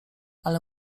ale